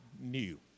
new